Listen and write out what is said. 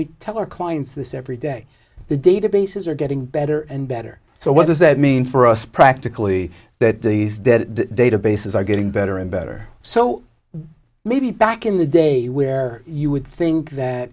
our clients this every day the databases are getting better and better so what does that mean for us practically that these that databases are getting better and better so maybe back in the day where you would think that